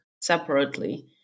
separately